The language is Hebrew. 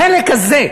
החלק הזה,